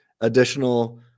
additional